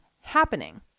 happening